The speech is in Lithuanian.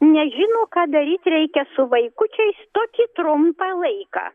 nežino ką daryti reikia su vaikučiais tokį trumpą laiką